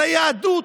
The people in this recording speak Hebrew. על היהדות,